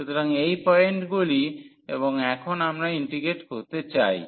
সুতরাং এই পয়েন্টগুলি এবং এখন আমরা ইন্টিগ্রেট করতে চাই